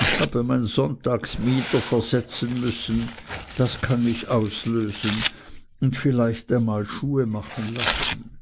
ich habe mein sonntagsmieder versetzen müssen das kann ich auslösen und vielleicht einmal schuhe machen lassen